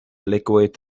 liquid